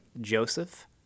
Joseph